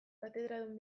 katedradun